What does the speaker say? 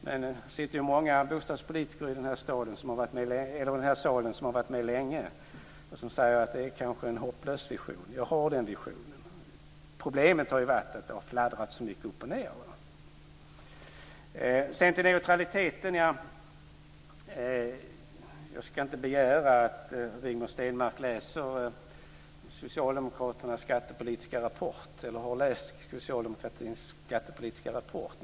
Det sitter ju många bostadspolitiker i den här salen som har varit med länge och som säger att det kanske är en hopplös vision. Jag har den visionen. Problemet har ju varit att det har fladdrat så mycket upp och ned. Sedan ska jag gå över till neutraliteten. Jag begär inte att Rigmor Stenmark ska ha läst Socialdemokraternas skattepolitiska rapport.